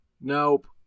Nope